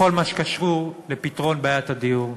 בכל מה שקשור לפתרון בעיית הדיור.